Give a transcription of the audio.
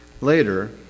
later